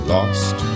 Lost